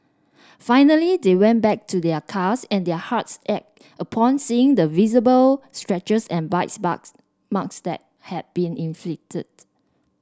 finally they went back to their cars and their hearts ached upon seeing the visible scratches and bite marks marks that had been inflicted